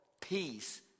peace